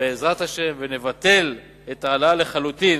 בעזרת השם, ונבטל את ההעלאה לחלוטין